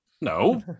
No